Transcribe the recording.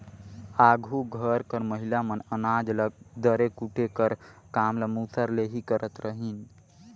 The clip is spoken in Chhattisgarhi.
आघु घर कर महिला मन अनाज ल दरे कूटे कर काम ल मूसर ले ही करत रहिन